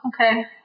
okay